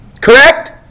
Correct